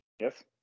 Yes